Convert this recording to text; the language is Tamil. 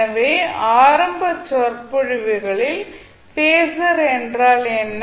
எனவே ஆரம்ப சொற்பொழிவுகளில் பேஸர் என்றால் என்ன